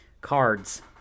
cards